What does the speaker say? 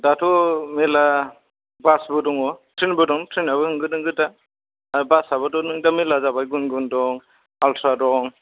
दाथ' मेरला बासफोर दङ ट्रेनबो दङ ट्रेनाबो होंगो दोंगोखा बासाबोथ' दा मेरला जाबाय गुनगुन दं आलट्रा दं